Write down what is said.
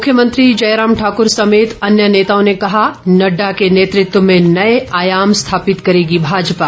मुख्यमंत्री जयराम ठाक्र समेत अन्य नेताओं ने कहा नड़डा के नेतृत्व में नए आयाम स्थापित करेगी भाजपा